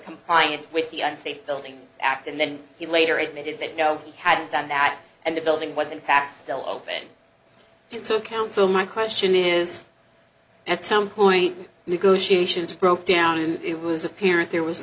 compliant with the unsafe building act and then he later admitted that no had done that and the building was in fact still open so council my question is at some point negotiations broke down and it was apparent there was